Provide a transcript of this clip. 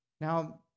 Now